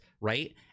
right